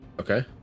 Okay